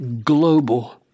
global